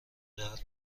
درد